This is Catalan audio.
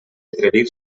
atrevir